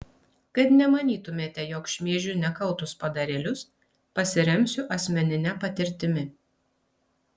kad nemanytumėte jog šmeižiu nekaltus padarėlius pasiremsiu asmenine patirtimi